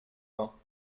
vingts